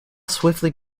swiftly